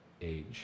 age